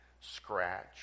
scratch